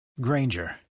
Granger